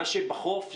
מה שבחוף,